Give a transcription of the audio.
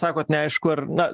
sakot neaišku ar na